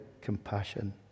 compassion